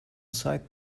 side